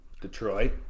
Detroit